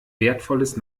wertvolles